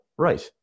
right